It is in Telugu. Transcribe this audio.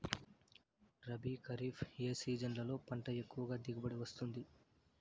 రబీ, ఖరీఫ్ ఏ సీజన్లలో పంట ఎక్కువగా దిగుబడి వస్తుంది